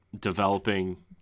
developing